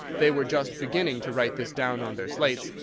they were just beginning to write this down on their slates,